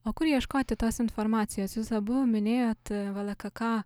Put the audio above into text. o kur ieškoti tos informacijos jūs abu minėjot vlakaka